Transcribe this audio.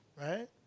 Right